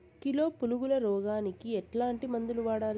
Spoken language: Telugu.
కిలో పులుగుల రోగానికి ఎట్లాంటి మందులు వాడాలి?